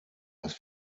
was